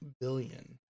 billion